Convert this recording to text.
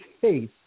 faith